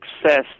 success